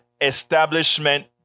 establishment